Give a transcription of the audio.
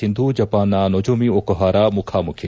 ಸಿಂಧು ಜಪಾನ್ನ Nozomi Okuhara ಮುಖಾಮುಖಿ